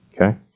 Okay